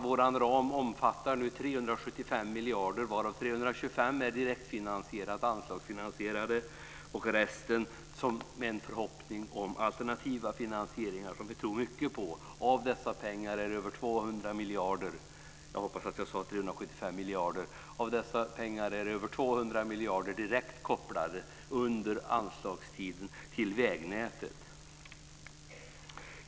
Vår ram omfattar 375 miljarder varav 325 är direkt anslagsfinansierade. När det gäller resten har vi en förhoppning om alternativa finansieringar som vi tror mycket på. Av dessa pengar är över 200 miljarder direkt kopplande till vägnätet under anslagstiden.